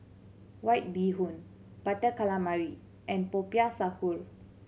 White Bee Hoon Butter Calamari and Popiah Sayur